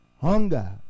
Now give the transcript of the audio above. Hunger